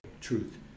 truth